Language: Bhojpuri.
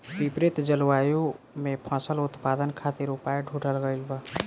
विपरीत जलवायु में फसल उत्पादन खातिर उपाय ढूंढ़ल गइल बा